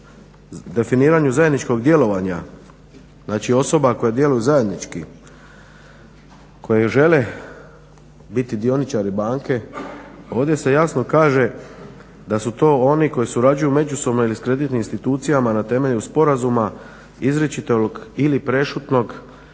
o definiranju zajedničkog djelovanja, znači osoba koje djeluju zajednički, koje žele biti dioničari banke, ovdje se jasno kaže da su to oni koji surađuju međusobno ili s kreditnim institucijama na temelju sporazuma izričitog ili prešutnog,